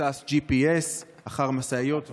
מבוסס GPS אחר משאיות ועוד.